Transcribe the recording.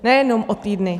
Nejenom o týdny.